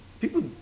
people